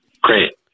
great